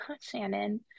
shannon